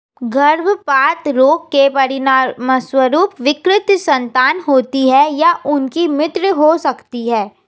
गर्भपात रोग के परिणामस्वरूप विकृत संतान होती है या उनकी मृत्यु हो सकती है